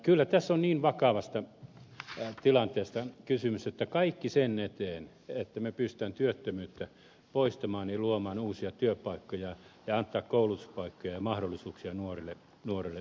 kyllä tässä on niin vakavasta tilanteesta kysymys että kaikki sen eteen on tehtävä että pystymme työttömyyttä poistamaan ja luomaan uusia työpaikkoja ja antamaan koulutuspaikkoja ja mahdollisuuksia nuorille pärjätä